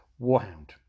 Warhound